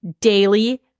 daily